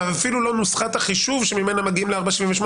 ואפילו לא נוסחת החישוב שממנה מגיעים ל-4.78,